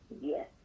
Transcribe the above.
Yes